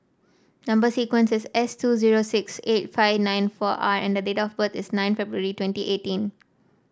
number sequence is S two zero six eight five nine four R and date of birth is nine February twenty eighteen